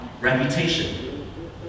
reputation